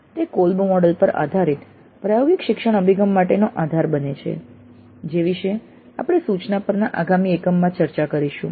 તે Kolb model પર આધારિત પ્રાયોગિક શિક્ષણ અભિગમ માટેનો આધાર બને છે જે વિષે આપણે સૂચના પરના આગામી એકમમાં ચર્ચા કરીશું